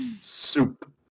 Soup